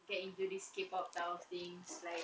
get into this K pop style of thing it's like